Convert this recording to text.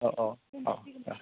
औ औ औ दे